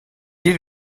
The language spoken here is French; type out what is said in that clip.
est